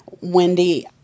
Wendy